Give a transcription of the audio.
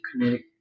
connect